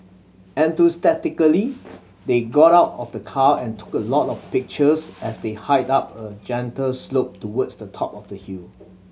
enthusiastically they got out of the car and took a lot of pictures as they hiked up a gentle slope towards the top of the hill